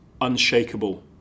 unshakable